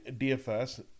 DFS